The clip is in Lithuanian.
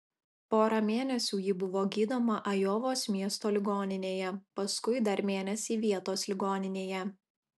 porą mėnesių ji buvo gydoma ajovos miesto ligoninėje paskui dar mėnesį vietos ligoninėje